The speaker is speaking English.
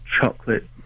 chocolate